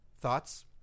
Thoughts